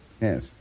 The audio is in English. Yes